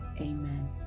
Amen